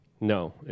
No